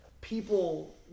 people